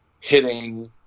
hitting